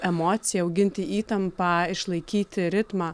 emociją auginti įtampą išlaikyti ritmą